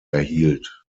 erhielt